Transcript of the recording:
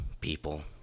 people